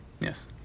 Yes